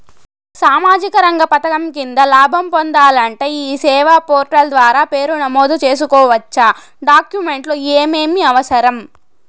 సామాజిక రంగ పథకం కింద లాభం పొందాలంటే ఈ సేవా పోర్టల్ ద్వారా పేరు నమోదు సేసుకోవచ్చా? డాక్యుమెంట్లు ఏమేమి అవసరం?